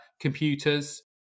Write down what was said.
computers